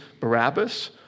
Barabbas